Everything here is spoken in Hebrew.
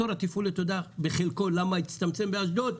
אתה יודע למה התור התפעולי הצטמצם בחלקו באשדוד?